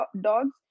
dogs